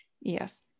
Yes